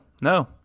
No